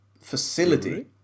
facility